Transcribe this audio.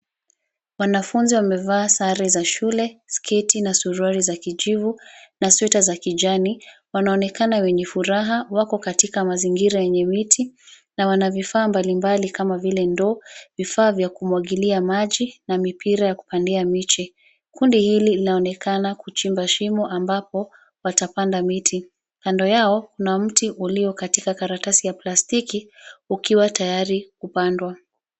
Wanafunzi wamevaa sare za shule, sketi na suruali za kijivu na sweta za kijani. Wanaonekana wenye furaha. Wako katika mazingira yenye miti na wana vifaa mbalimbali kama vile ndoo, vifaa vya kumwagilia maji na mipira ya kupandia miche. Kundi hili linaonekana kuchimba shimo ambapo watapanda miti. Kando yao, kuna mti ulio katika karatasi ya plastiki ukiwa tayari kupandwa.